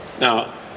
Now